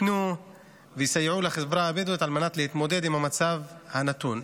ייתנו ויסייעו לחברה הבדואית על מנת להתמודד עם המצב הנתון.